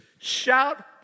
Shout